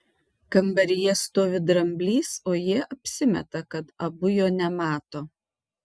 kambaryje stovi dramblys o jie apsimeta kad abu jo nemato